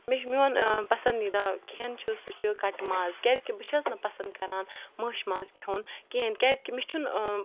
مےٚ چھُ میون پَسَندیٖدہ کھیٚن چھُ سُہ چھُ کَٹہٕ ماز کیازکہِ بہٕ چھَس نہٕ پَسَنٛد کَران مٲشہِ ماز کھیٚون کِہِیٖنۍ کیازکہِ مےٚ چھُنہٕ